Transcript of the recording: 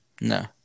No